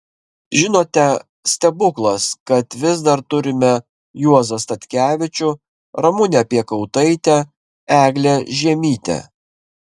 žinote stebuklas kad vis dar turime juozą statkevičių ramunę piekautaitę eglę žiemytę